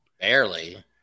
barely